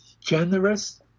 generous